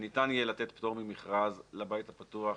שניתן יהיה לתת פטור ממכרז לבית הפתוח,